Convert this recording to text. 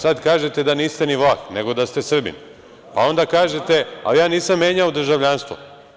Sad kažete da niste ni Vlah, nego da ste Srbin, pa onda kažete – ali, ja nisam menjao državljanstvo.